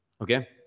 Okay